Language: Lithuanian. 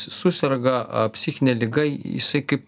suserga psichine liga jisai kaip